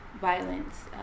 violence